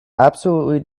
absolutely